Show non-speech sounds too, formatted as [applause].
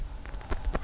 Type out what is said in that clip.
[breath]